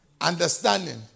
Understanding